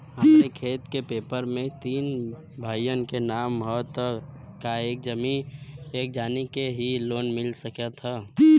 हमरे खेत के पेपर मे तीन भाइयन क नाम ह त का एक जानी के ही लोन मिल सकत ह?